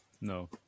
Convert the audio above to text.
No